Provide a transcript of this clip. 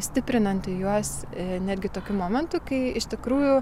stiprinanti juos netgi tokiu momentu kai iš tikrųjų